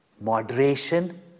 moderation